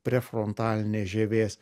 prefrontalinės žievės